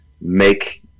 make